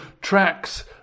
tracks